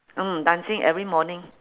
mm dancing every morning